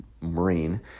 Marine